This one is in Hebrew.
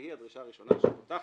והיא הדרישה הראשונה שפותחת,